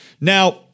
Now